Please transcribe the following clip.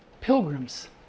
Pilgrims